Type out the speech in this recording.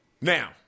Now